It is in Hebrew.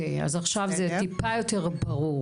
אז אוקיי, אז עכשיו זה טיפה יותר ברור.